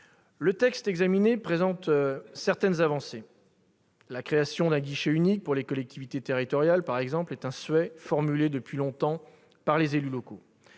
Ce texte présente certaines avancées : la création d'un guichet unique pour les collectivités territoriales, par exemple, est un souhait formulé depuis longtemps par les élus locaux.